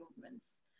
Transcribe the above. movements